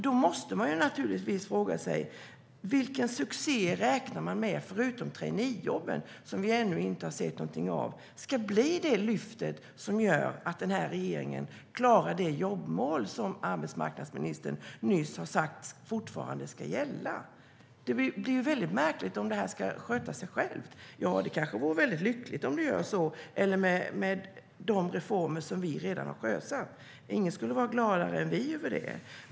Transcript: Då måste man fråga sig: Vilken succé förutom traineejobben, som vi ännu inte har sett någonting av, räknar man med ska bli det lyft som gör att regeringen klarar det jobbmål som arbetsmarknadsministern nyss har sagt fortfarande ska gälla? Det blir märkligt om detta ska sköta sig självt. Det kanske vore lyckligt om det gjorde det med de reformer som vi redan har sjösatt, och ingen skulle vara gladare än vi över det.